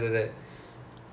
ya ya